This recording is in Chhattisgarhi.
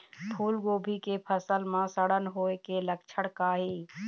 फूलगोभी के फसल म सड़न होय के लक्षण का ये?